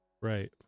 Right